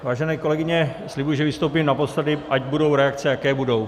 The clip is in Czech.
Vážené kolegyně, slibuji, že vystoupím naposledy, ať budou reakce, jaké budou.